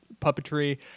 puppetry